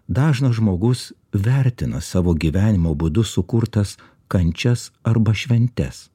dažnas žmogus vertina savo gyvenimo būdu sukurtas kančias arba šventes